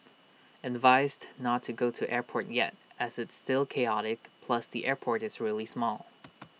advised not to go to airport yet as it's still chaotic plus the airport is really small